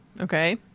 Okay